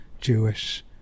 jewish